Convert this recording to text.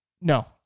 No